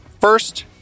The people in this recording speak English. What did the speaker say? first